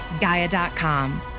Gaia.com